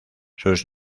sus